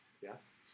Yes